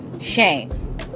Shame